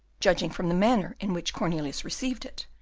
judging from the manner in which cornelius received it,